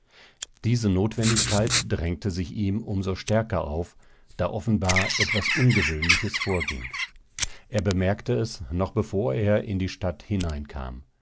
diese notwendigkeit drängte sich ihm um so stärker auf da offenbar etwas ungewöhnliches vorging er bemerkte es noch bevor er in die stadt hineinkam